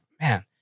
man